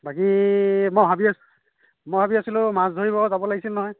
বাকী মই ভাবি আছিলোঁ মই ভাবি আছিলোঁ মাছ ধৰিব যাব লাগিছিল নহয়